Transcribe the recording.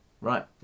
right